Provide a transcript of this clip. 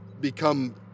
become